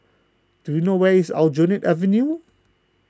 do you know where is Aljunied Avenue